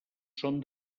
són